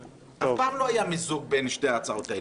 אף פעם לא היה מיזוג בין שתי ההצעות האלה.